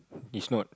this note